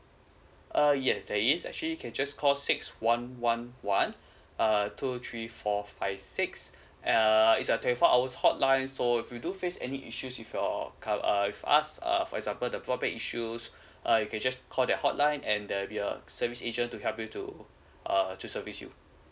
uh yes there is actually can just call six one one one uh two three four five six uh it's a twenty four hours hotline so if we do face any issues with your cover~ err with us uh for example the broadband issues uh you can just call the hotline and there'll be a service agent to help you to uh to service you